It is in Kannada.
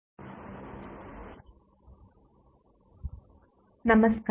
ಉಪನ್ಯಾಸ 20 ಪರಸ್ಪರ ಮತ್ತು ಪರಿಹಾರ ಪ್ರಮೇಯ ನಮಸ್ಕಾರ